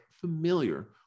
familiar